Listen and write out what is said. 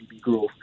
growth